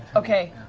okay.